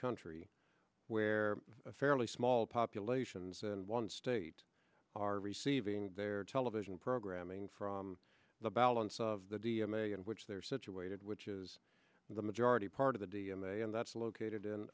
country where fairly small populations in one state are receiving their television programming from the balance of the d m a in which they're situated which is the majority part of the d m a and that's located in